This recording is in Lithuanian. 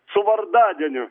su vardadieniu